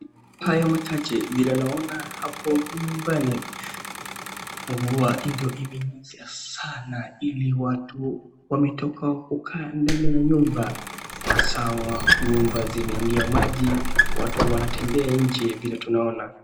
Kwa hayo machache vile naona hapo ni nyumbani, mvua ndo imenyesha sana ili watu wametoka kukaa ndani ya nyumba. Hasa nyumba zimeingia maji, watu wanatembea nje vile tunaona.